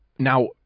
Now